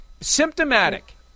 symptomatic